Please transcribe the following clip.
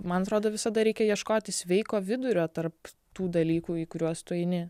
man atrodo visada reikia ieškoti sveiko vidurio tarp tų dalykų į kuriuos tu eini